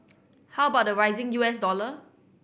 how about the rising U S dollar